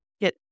get